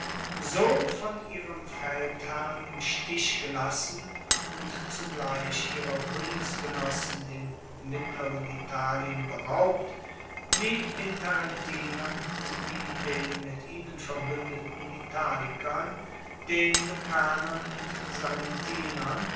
so von ihrem feldherrn im stich gelassen und zugleich ihrer bundesgenossen im mittleren italien beraubt blieb den tarentinern sowie den mit ihnen verbuendeten italikern den lucanern und